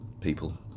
people